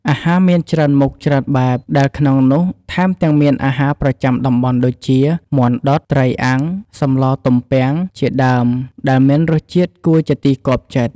អាហារមានច្រើនមុខច្រើនបែប ដែលក្នុងនោះថែមទាំងមានអាហារប្រចាំតំបន់ដូចជា មាន់ដុត ត្រីអាំង សម្លទំពាំង ជាដើមដែលមានរស់ជាតិគួរជាទីគាប់ចិត្ត។